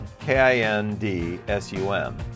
K-I-N-D-S-U-M